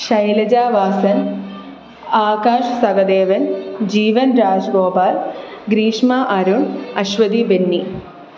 Shailaja Vasan Akash Sahadevan Jeevan Rajgopal Greeshma Arun Aswathy Benny